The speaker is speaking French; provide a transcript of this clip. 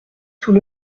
tout